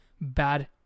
bad